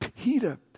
Peter